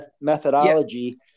methodology